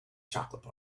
chocolate